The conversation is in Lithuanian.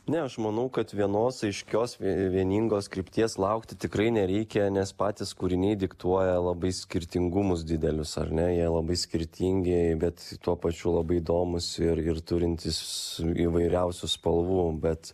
ne aš manau kad vienos aiškios vieningos krypties laukti tikrai nereikia nes patys kūriniai diktuoja labai skirtingumus didelius ar ne jie labai skirtingi bet tuo pačiu labai įdomūs ir ir turintys įvairiausių spalvų bet